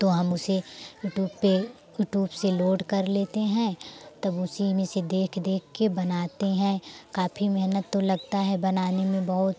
तो हम उसे यूटूप पे यूटूब से लोड कर लेते हैं तब उसी में से देख देख के बनाते हैं काफ़ी मेहनत तो लगता है बनाने में बहुत